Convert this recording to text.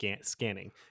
scanning